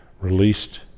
released